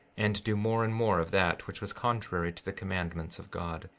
and do more and more of that which was contrary to the commandments of god,